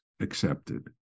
accepted